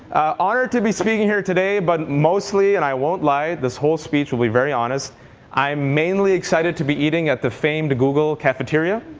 honored to be speaking here today, but mostly and i won't lie. this whole speech will be very honest i'm mainly excited to be eating at the famed google cafeteria,